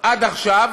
עד עכשיו